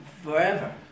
forever